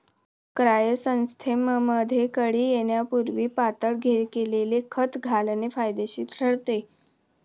क्रायसॅन्थेमममध्ये कळी येण्यापूर्वी पातळ केलेले खत घालणे फायदेशीर ठरते